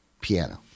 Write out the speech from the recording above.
piano